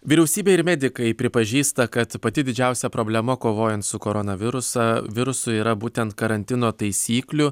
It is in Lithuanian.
vyriausybė ir medikai pripažįsta kad pati didžiausia problema kovojant su koronavirusą virusu yra būtent karantino taisyklių